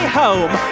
home